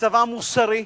צבא מוסרי.